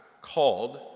called